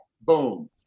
boom